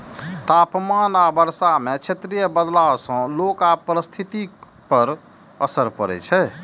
तापमान आ वर्षा मे क्षेत्रीय बदलाव सं लोक आ पारिस्थितिकी पर असर पड़ै छै